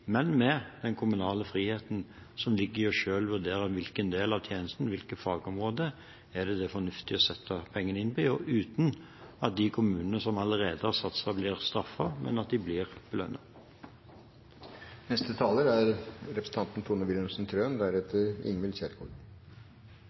men med den kommunale friheten som ligger i selv å vurdere hvilken del av tjenesten og hvilket fagområde det er fornuftig å sette pengene inn i – uten at de kommunene som allerede har satset, blir straffet, men blir belønnet. Det er